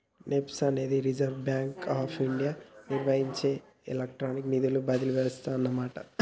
NEFT అనేది reserve bank of India నిర్వహించే electronic నిధుల బదిలీ వ్యవస్థ అన్నమాట